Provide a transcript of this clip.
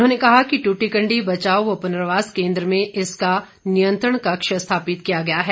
उन्होंने कहा कि ट्टीकंडी बचाव व प्रनर्वास केन्द्र में इसका नियंत्रण कक्ष स्थापित किया गया है